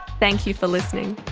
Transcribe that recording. thank you for listening.